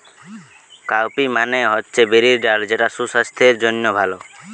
cowpea মানে হচ্ছে বিরির ডাল যেটা সুসাস্থের জন্যে ভালো